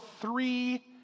three